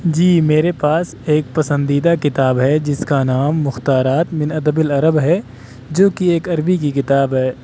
جی میرے پاس ایک پسنددیدہ کتاب ہے جس کا نام مختارات من ادب العرب ہے جوکہ ایک عربی کی کتاب ہے